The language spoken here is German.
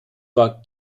war